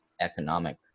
economic